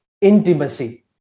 intimacy